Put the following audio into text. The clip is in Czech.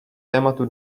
tématu